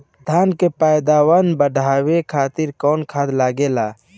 धान के पैदावार बढ़ावे खातिर कौन खाद लागेला?